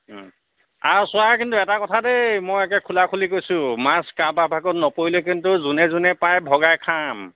আৰু চোৱা কিন্তু এটা কথা দেই মই একে খোলাখুলি কৈছোঁ মাছ কাৰোবাৰ ভাগত নপৰিলে কিন্তু যোনে যোনে পায় ভগাই খাম